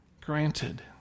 granted